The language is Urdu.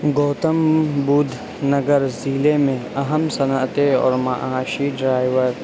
گوتم بدھ نگر ضلعے میں اہم صنعتیں اور معاشی ڈرائیور